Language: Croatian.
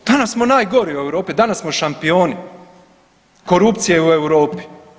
Danas smo najgori u Europi, danas smo šampioni korupcije u Europi.